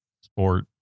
sport